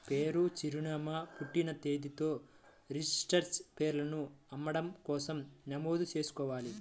పేరు, చిరునామా, పుట్టిన తేదీలతో రిజిస్టర్డ్ షేర్లను అమ్మడం కోసం నమోదు చేసుకోవాలి